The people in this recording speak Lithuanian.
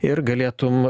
ir galėtum